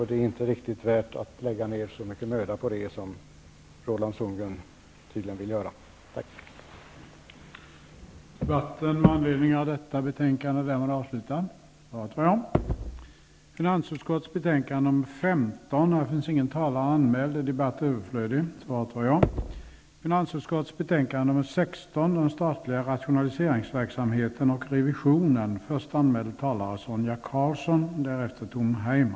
Det är inte riktigt värt att lägga ner så mycket möda på det som Roland Sundgren tydligen vill göra.